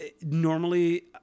Normally